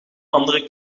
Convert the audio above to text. andere